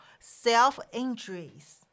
self-injuries